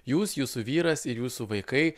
jūs jūsų vyras ir jūsų vaikai